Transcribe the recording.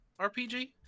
RPG